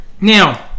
Now